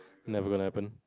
never gonna happen